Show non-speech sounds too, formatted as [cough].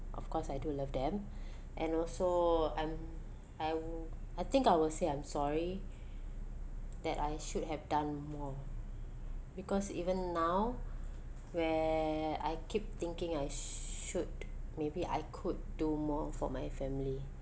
of course I do love them [breath] and also I'm I wi~ I think I will say I'm sorry that I should have done more because even now where I keep thinking I should maybe I could do more for my family